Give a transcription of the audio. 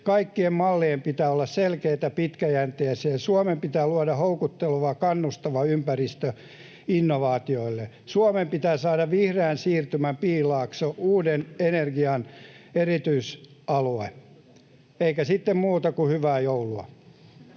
Kaikkien mallien pitää olla selkeitä ja pitkäjänteisiä, ja Suomeen pitää luoda houkutteleva ja kannustava ympäristö innovaatioille. Suomeen pitää saada vihreän siirtymän Piilaakso, uuden energian erityisalue. — Eikä sitten muuta kuin hyvää joulua.